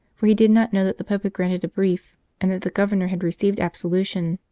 for he did not know that the pope had granted a brief and that the governor had received absolution.